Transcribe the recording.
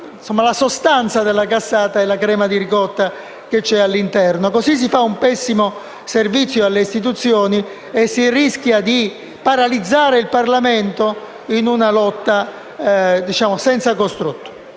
la sostanza della cassata è la crema di ricotta che c'è all'interno. Così si fa un pessimo servizio alle istituzioni e si rischia di paralizzare il Parlamento in una lotta senza costrutto.